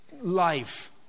life